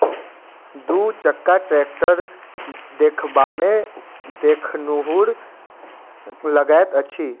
दू चक्का टेक्टर देखबामे देखनुहुर लगैत अछि